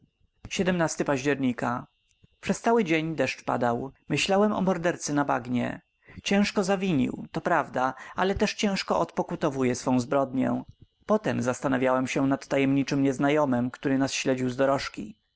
żywiej października przez cały dzień deszcz padał myślałem o mordercy na bagnie ciężko zawinił to prawda ale też ciężko odpokutowuje swą zbrodnię potem zastanawiałem się nad tajemniczym nieznajomym który nas śledził z dorożki